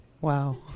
Wow